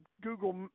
Google